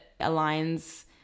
aligns